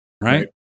right